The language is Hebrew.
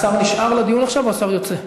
השר נשאר לדיון עכשיו או השר יוצא לקבינט?